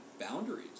boundaries